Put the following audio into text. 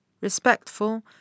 respectful